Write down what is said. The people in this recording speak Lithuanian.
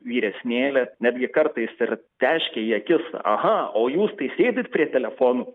vyresnėlė netgi kartais ir teškia į akis aha o jūs tai sėdit prie telefonų